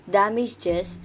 damages